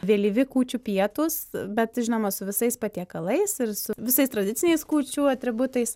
vėlyvi kūčių pietūs bet žinoma su visais patiekalais ir su visais tradiciniais kūčių atributais